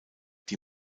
die